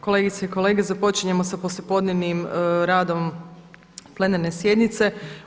Kolegice i kolege, započinjemo sa poslijepodnevnim radom plenarne sjednice.